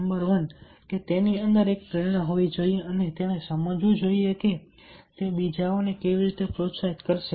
number one કે તેની અંદર એક પ્રેરણા હોવી જોઈએ અને તેણે સમજવું જોઈએ કે તે બીજાઓને કેવી રીતે પ્રોત્સાહિત કરશે